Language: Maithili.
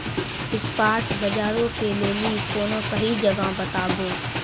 स्पाट बजारो के लेली कोनो सही जगह बताबो